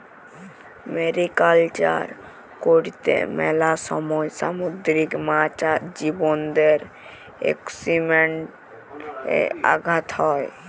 mariculture করত্যে মেলা সময় সামুদ্রিক মাছ আর জীবদের একোসিস্টেমে আঘাত হ্যয়